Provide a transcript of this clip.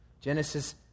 Genesis